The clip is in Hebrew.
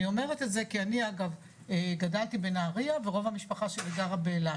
אני אומרת את זה כי אני אגב גדלתי בנהריה ורוב המשפחה שלי גרה באילת,